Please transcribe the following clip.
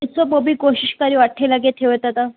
ॾिसो पोइ बि कोशिश करियो अठें लॻे अथव त त